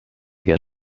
get